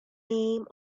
name